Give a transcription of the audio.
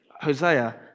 Hosea